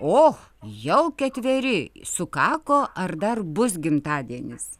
o jau ketveri sukako ar dar bus gimtadienis